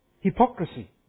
hypocrisy